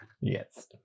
Yes